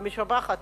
ומשבחת,